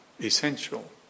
essential